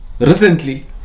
recently